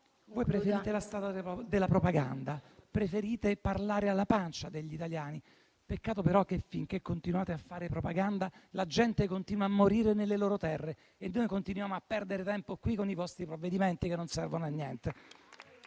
Voi però prendete la strada della propaganda e preferite parlare alla pancia degli italiani. Peccato però che finché continuate a fare propaganda, la gente continua a morire nelle sue terre e noi continuiamo a perdere tempo qui con i vostri provvedimenti che non servono a niente.